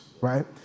right